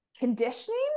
conditioning